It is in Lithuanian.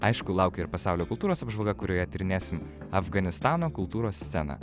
aišku laukia ir pasaulio kultūros apžvalga kurioje tyrinėsim afganistano kultūros sceną